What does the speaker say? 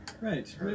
Right